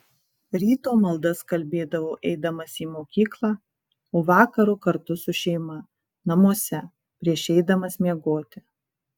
ryto maldas kalbėdavau eidamas į mokyklą o vakaro kartu su šeima namuose prieš eidamas miegoti